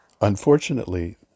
Unfortunately